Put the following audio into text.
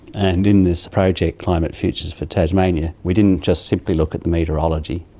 and in this project climate futures for tasmania we didn't just simply look at the meteorology,